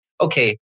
okay